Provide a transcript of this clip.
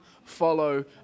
Follow